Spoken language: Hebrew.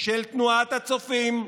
של תנועת הצופים,